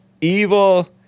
evil